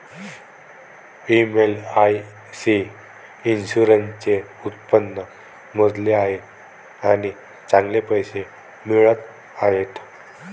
मी LIC इन्शुरन्सचे उत्पन्न मोजले आहे आणि चांगले पैसे मिळत आहेत